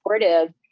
supportive